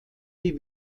die